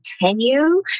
continue